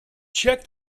check